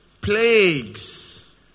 Plagues